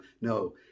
No